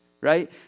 right